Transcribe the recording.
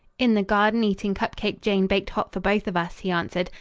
in the garden eating cup-cake jane baked hot for both of us, he answered,